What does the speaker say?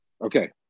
Okay